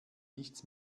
nichts